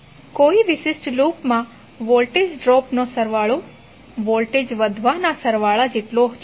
કોઈ વિશિષ્ટ લૂપમાં વોલ્ટેજ ડ્રોપ નો સરવાળો વોલ્ટેજ વધવા ના સરવાળા જેટલો છે